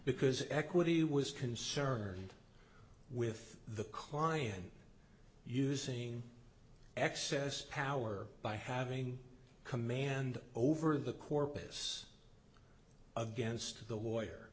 because equity was concerned with the client using excess power by having command over the corpus against the